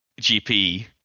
gp